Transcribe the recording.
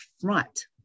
front